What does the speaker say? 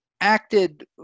acted